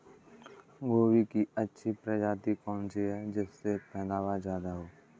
गोभी की अच्छी प्रजाति कौन सी है जिससे पैदावार ज्यादा हो?